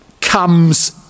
comes